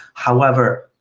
however,